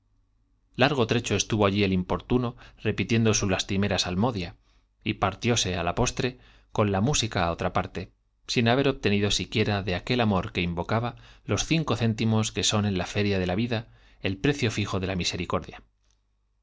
largo trecho estuvo allí el importuno repitiendo su lastimera salmodja y partióse á la postre con la música á otra parte sin haber obtenido de siquiera aquel amor que invocaba los cinco céntimos que son en la feria de la vida el precio fijo de la misericordia